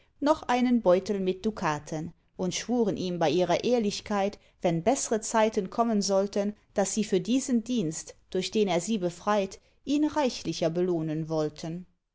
noch einen beutel mit dukaten und schwuren ihm bei ihrer ehrlichkeit wenn beßre zeiten kommen sollten daß sie für diesen dienst durch den er sie befreit ihn reichlicher belohnen wollten